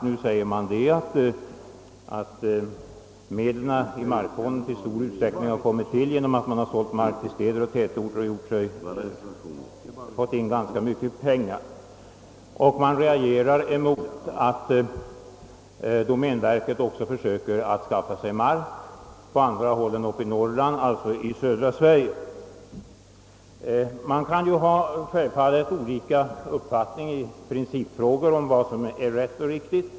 Nu säger man att medlen i markfonden till stor del erhållits genom att domänverket sålt mark till städer och tätorter, och man reagerar mot att domänverket också försöker skaffa sig mark på andra håll än i Norrland, nämligen i södra Sverige. Det kan självfallet råda olika uppfattningar i principfrågor om vad som är rätt och riktigt.